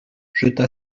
jeta